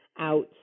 out